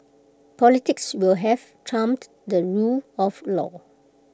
politics will have trumped the rule of law